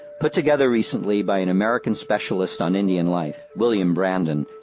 put together recently by an american specialist on indian life, william brandon,